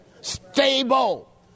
stable